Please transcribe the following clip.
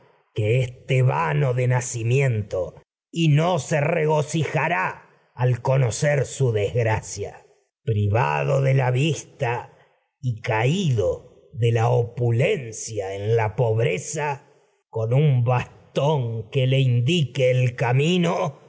que tebano de nacimiento se rogocijará al conocer su desgracia privado de la vista y caído de la la pobreza con un opulencia el en se bastón que le indique camino